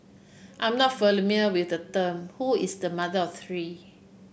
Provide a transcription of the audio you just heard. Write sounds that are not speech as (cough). I'm not (unintelligible) with the term who is the mother of three